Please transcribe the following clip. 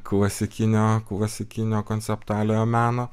klasikinio klasikinio konceptualiojo meno